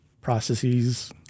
processes